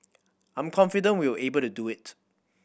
I'm confident we'll be able to do it